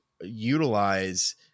utilize